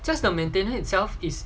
just the maintainence itself is